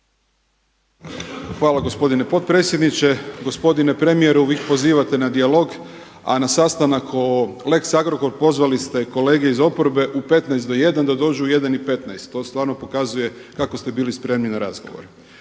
Hvala gospodine potpredsjedniče. Gospodine premijeru, vi pozivate na dijalog, a na sastanak o lex Agrokor pozvali ste kolege iz oporbe u petnaest do jedan da dođu u jedan i petnaest, to stvarno pokazuje kako ste bili spremni na razgovore.